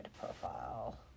profile